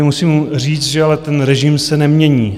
Musím říct, že ale ten režim se nemění.